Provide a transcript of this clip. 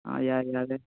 yeah yeah అదే